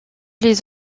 les